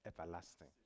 everlasting